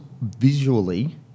visually